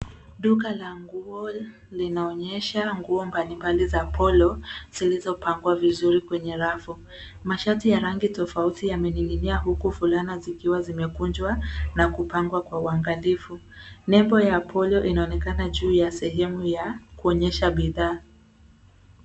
Duka la nguo linaonyesha nguo mbalimbali za Polo zilizopangwa vizuri kwenye rafu. Mashati ya rangi tofauti yamening'inia, huku fulana zikiwa zimekunjwa na kupangwa kwa uangalifu. Lebo ya Polo inaonekana juu ya sehemu ya kuonyesha bidhaa.